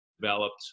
developed